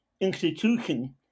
institution